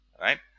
Right